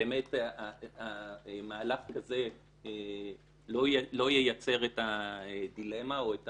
באמת מהלך כזה לא ייצר את הדילמה או את